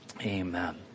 Amen